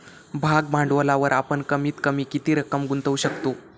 भाग भांडवलावर आपण कमीत कमी किती रक्कम गुंतवू शकू?